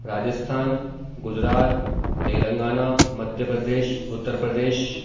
Rajasthan Gujarat Telangana Madhya Pradesh Uttar Pradesh